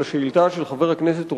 של השאילתא של חבר הכנסת אורלב,